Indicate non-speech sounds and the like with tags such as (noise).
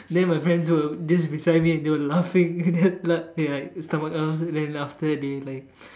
then my friends were just beside me and they were were laughing and then ya (laughs) then after that they like